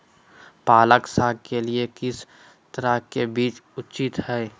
पालक साग के लिए किस तरह के बीज अच्छी है?